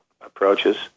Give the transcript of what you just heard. approaches